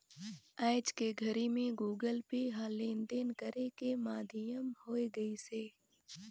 आयज के घरी मे गुगल पे ह लेन देन करे के माधियम होय गइसे